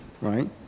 Right